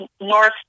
north